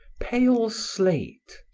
pale slate.